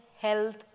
health